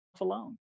alone